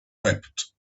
wept